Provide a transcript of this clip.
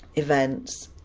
events